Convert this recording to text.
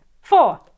Four